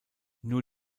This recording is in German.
nur